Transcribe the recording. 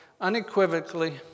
unequivocally